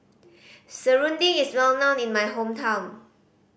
serunding is well known in my hometown